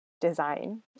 design